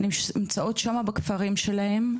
הן נמצאות שם בכפרים שלהן,